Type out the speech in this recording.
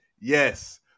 yes